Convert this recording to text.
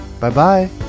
Bye-bye